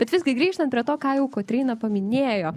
bet visgi grįžtant prie to ką jau kotryna paminėjo